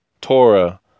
Torah